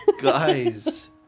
Guys